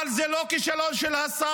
אבל זה לא כישלון של השר.